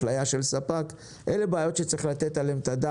אפליה של ספק.